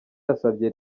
yasabye